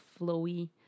flowy